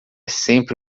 sempre